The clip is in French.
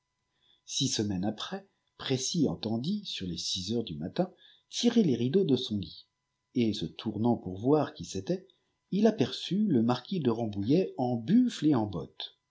six semaines après précy enteiit sur les six heures du matin tirer les rideaux de son lit et se tournant pour voir qui c'était il aperçut le marquis de rambouillet en buffle et en bottes